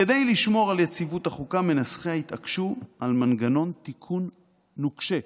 כדי לשמור על יציבות החוקה מנסחיה התעקשו על מנגנון תיקון נוקשה.